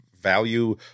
value